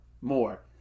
more